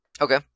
Okay